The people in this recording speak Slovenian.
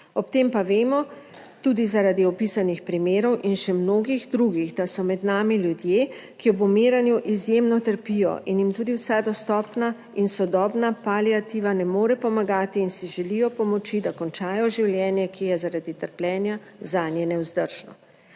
Ob tem pa vemo, tudi zaradi opisanih primerov in še mnogih drugih, da so med nami ljudje, ki ob umiranju izjemno trpijo in jim tudi vsa dostopna in sodobna paliativa ne more pomagati in si želijo pomoči, da končajo življenje, ki je zaradi trpljenja zanje nevzdržno.